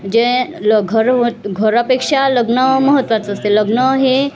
म्हणजे ल घरं घरापेक्षा लग्न महत्त्वाचं असते लग्न हे